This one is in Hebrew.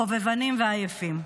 חובבנים ועייפים.